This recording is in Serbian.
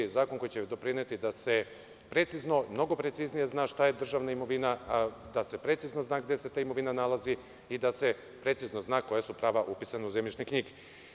Zakon koji će doprineti da se precizno, mnogo preciznije zna šta je državna imovina, da se precizno zna gde se ta imovina nalazi i da se precizno zna koja su prava upisana u zemljišne knjige.